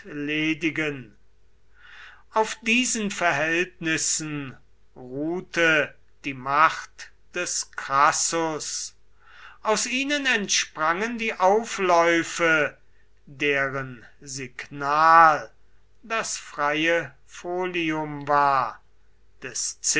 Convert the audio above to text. entledigen auf diesen verhältnissen ruhte die macht des crassus aus ihnen entsprangen die aufläufe deren signal das freie folium war des